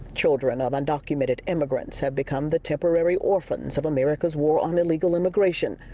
children of undocumented immigrants have become the temporary orphans of america's war on illegal immigration.